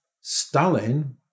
Stalin